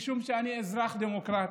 משום שאני אזרח, דמוקרט,